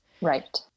Right